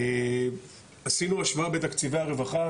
עשינו השוואה בתקציבי הרווחה,